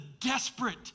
desperate